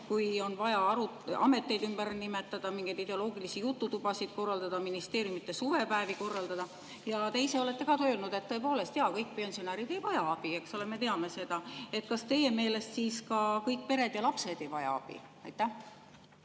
kui on vaja ameteid ümber nimetada, mingeid ideoloogilisi jututubasid korraldada, ministeeriumide suvepäevi korraldada. Te ise olete ka öelnud, et tõepoolest, jaa, kõik pensionärid ei vaja abi, eks ole, me teame seda. Kas teie meelest siis ka kõik pered ja lapsed ei vaja abi? Jaa,